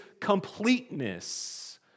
completeness